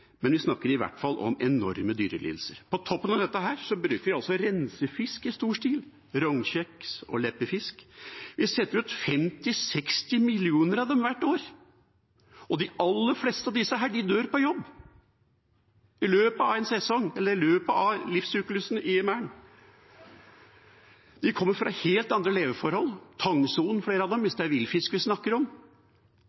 men vi snakker i hvert fall om enorme dyrelidelser. På toppen av dette bruker vi rensefisk i stor stil, rognkjeks og leppefisk. Vi setter ut 50–60 millioner av dem hvert år. De aller fleste av disse dør på jobb, i løpet av en sesong eller i løpet av livssyklusen i merden. De kommer fra helt andre leveforhold – flere av dem fra tangsonen, hvis